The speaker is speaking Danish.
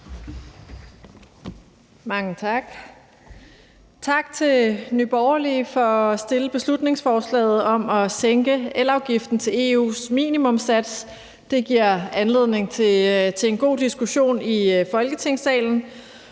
Mange tak. Tak til Nye Borgerlige for at fremsætte beslutningsforslaget om at sænke elafgiften til EU's minimumssats. Det giver anledning til en god diskussion i Folketingssalen.